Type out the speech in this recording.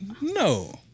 No